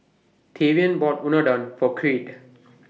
Tavion bought Unadon For Creed